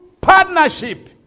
partnership